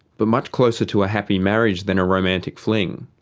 but much closer to a happy marriage than a romantic fling,